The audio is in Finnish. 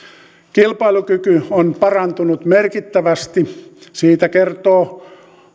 kilpailukyky on parantunut merkittävästi siitä kertovat